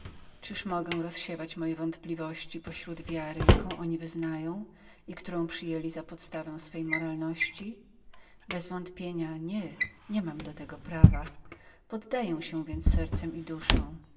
kościoła czyliż mogę krzewić moje powątpiewania pośród wiary jaką oni wyznają i którą przyjęli za podstawę ich moralności nie bezwątpienia nie mam tego prawa poddaję cięsię więc sercem i duszą